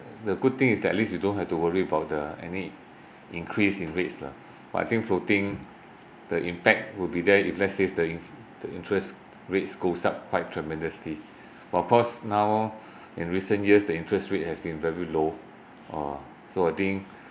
the good thing is that at least you don't have to worry about uh any increase in rates lah but I think floating the impact will be there if let's say if the if the interest rates goes up quite tremendously but of course now in recent years the interest rate has been very low uh so I think